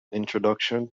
introduction